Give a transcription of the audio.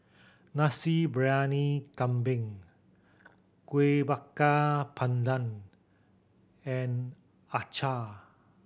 Nasi Briyani Kambing Kueh Bakar Pandan and acar